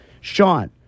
Sean